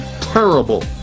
terrible